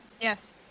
Yes